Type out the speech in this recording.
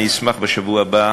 אשמח בשבוע הבא